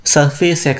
Surface